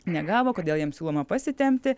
negavo kodėl jiems siūloma pasitempti